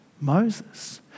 Moses